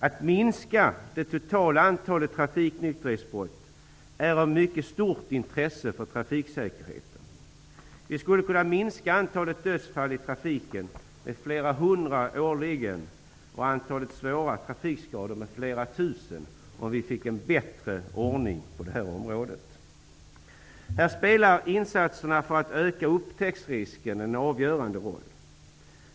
Att minska det totala antalet trafiknykterhetsbrott är av mycket stort intresse för trafiksäkerheten. Vi skulle kunna minska antalet dödsfall i trafiken med flera hundra årligen och antalet svåra trafikskador med flera tusen, om vi fick en bättre ordning på det här området. Här spelar insatserna för att öka upptäcktsrisken en avgörande roll.